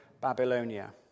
Babylonia